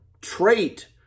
trait